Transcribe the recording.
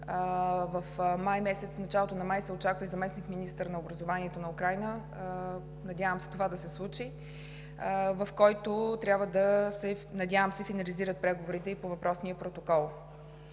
в началото на май се очаква заместник-министър на образованието на Украйна. Надявам се това да се случи и да се финализират преговорите по въпросния протокол.